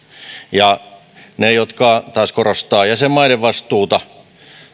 ja ne jotka taas korostavat jäsenmaiden vastuuta